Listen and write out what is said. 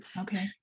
Okay